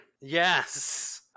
Yes